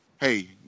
hey